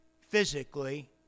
physically